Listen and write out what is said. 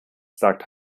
sagt